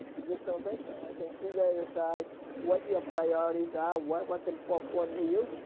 i just don't think so. i think you've got to decide what your priorities are. what, what's important to you.